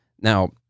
Now